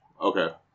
okay